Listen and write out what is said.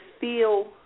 feel